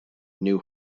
knew